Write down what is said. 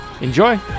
Enjoy